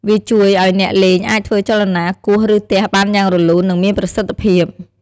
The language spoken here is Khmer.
វាជួយឲ្យអ្នកលេងអាចធ្វើចលនាគោះ ឬទះបានយ៉ាងរលូន និងមានប្រសិទ្ធភាព។